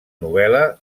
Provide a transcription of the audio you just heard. novel·la